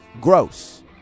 Gross